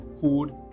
food